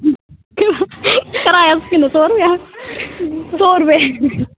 कराया किन्ना सौ रपेआ